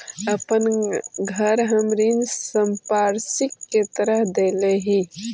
अपन घर हम ऋण संपार्श्विक के तरह देले ही